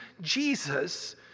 Jesus